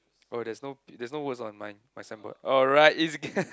oh there's no there's no words on mine my signboard oh right it's